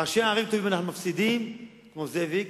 ראשי ערים טובים אנחנו מפסידים, כמו זאביק,